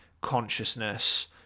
consciousness